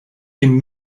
can